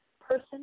person